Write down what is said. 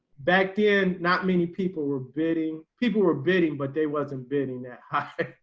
back then not many people were bidding, people were bidding, but they wasn't bidding that high.